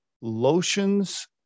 lotions